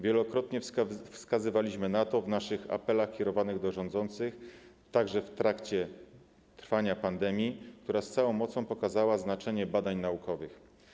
Wielokrotnie wskazywaliśmy na to w naszych apelach kierowanych do rządzących, także w trakcie trwania pandemii, która z całą mocą pokazała znaczenie badań naukowych.